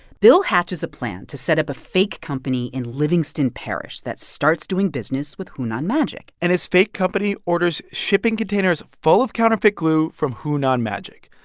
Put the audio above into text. bill hatches a plan to set up a fake company in livingston parish that starts doing business with hunan magic and his fake company orders shipping containers full of counterfeit glue from hunan magic,